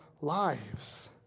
lives